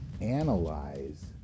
analyze